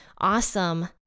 awesome